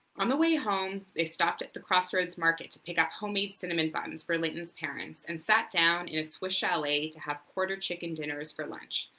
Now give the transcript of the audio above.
on the way home they stopped at the crossroads market to pick up homemade cinnamon buns for layton's parents and sat down and to have quarter-chicken dinners for lunch.